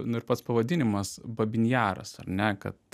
nu ir pats pavadinimas babyn jaras ar ne kad